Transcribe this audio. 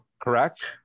correct